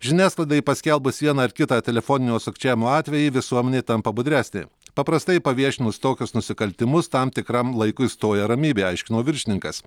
žiniasklaidai paskelbus vieną ar kitą telefoninio sukčiavimo atvejį visuomenė tampa budresnė paprastai paviešinus tokius nusikaltimus tam tikram laikui stoja ramybė aiškino viršininkas